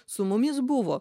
su mumis buvo